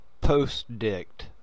post-dict